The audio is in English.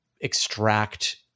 extract